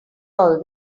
all